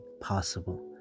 possible